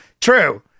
true